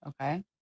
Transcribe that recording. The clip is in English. Okay